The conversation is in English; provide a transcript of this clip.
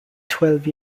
twelve